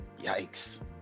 Yikes